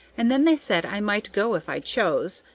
and then they said i might go if i chose,